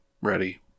Ready